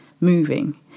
moving